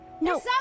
no